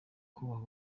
kubaha